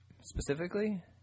specifically